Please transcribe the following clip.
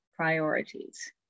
Priorities